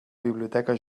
biblioteca